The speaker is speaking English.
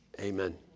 Amen